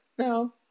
No